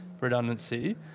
redundancy